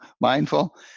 mindful